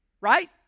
Right